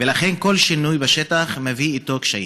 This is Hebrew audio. ולכן כל שינוי בשטח מביא איתו קשיים.